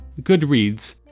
Goodreads